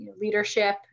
leadership